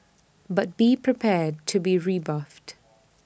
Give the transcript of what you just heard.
but be prepared to be rebuffed